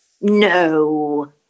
No